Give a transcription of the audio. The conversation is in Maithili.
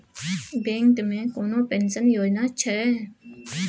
बैंक मे कोनो पेंशन योजना छै?